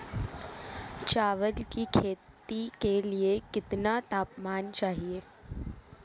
चावल की खेती के लिए कितना तापमान चाहिए?